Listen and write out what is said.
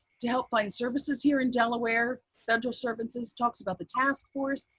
to help find services here in delaware, dental services. talks about the task force.